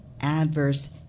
adverse